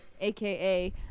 AKA